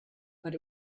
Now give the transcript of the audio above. but